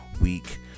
week